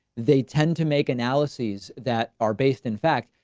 they tend to make analysis that are based, in fact,